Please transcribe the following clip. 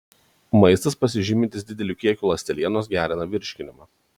maistas pasižymintis dideliu kiekiu ląstelienos gerina virškinimą